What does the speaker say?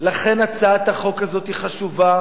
לכן הצעת החוק הזאת היא חשובה,